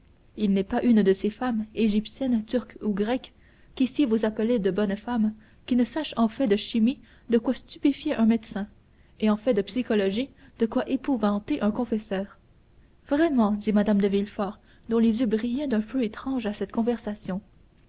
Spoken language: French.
il n'est pas une de ces femmes égyptienne turque ou grecque qu'ici vous appelez de bonnes femmes qui ne sache en fait de chimie de quoi stupéfier un médecin et en fait de psychologie de quoi épouvanter un confesseur vraiment dit mme de villefort dont les yeux brillaient d'un feu étrange à cette conversation